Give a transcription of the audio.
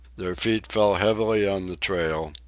their feet fell heavily on the trail,